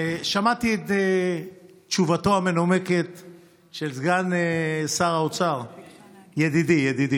שמעתי את תשובתו המנומקת של סגן שר האוצר, ידידי.